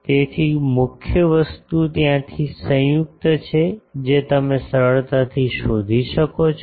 તેથી મુખ્ય વસ્તુ ત્યાંથી સંયુક્ત છે જે તમે સરળતાથી શોધી શકો છો